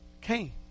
Cain